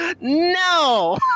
No